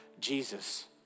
Jesus